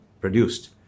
produced